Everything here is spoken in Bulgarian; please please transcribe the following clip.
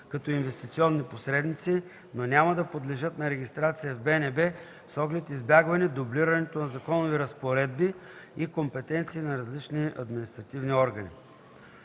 като инвестиционни посредници, но няма да подлежат на регистрация в БНБ с оглед избягване дублирането на законови разпоредби и компетенции на различни административни органи.